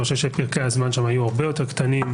אני חושב שפרקי הזמן שם היו הרבה יותר קצרים.